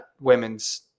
women's